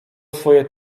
swoje